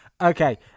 okay